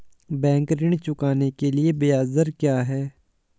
Bank ऋण चुकाने के लिए ब्याज दर क्या है?